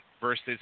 versus